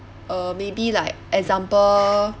uh maybe like example